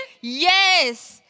Yes